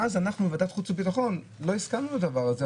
ואז אנחנו בוועדת החוץ והביטחון לא הסכמנו לדבר הזה,